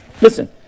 listen